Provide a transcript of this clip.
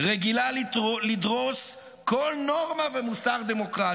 רגילה לדרוס כל נורמה ומוסר דמוקרטי,